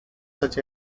such